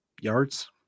yards